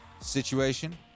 situation